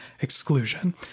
exclusion